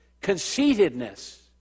conceitedness